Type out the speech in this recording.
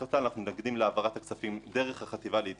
אנחנו מתנגדים להעברת הכספים דרך החטיבה להתיישבות.